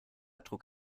trug